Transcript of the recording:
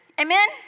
Amen